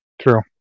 true